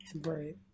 Right